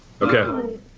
Okay